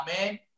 Amen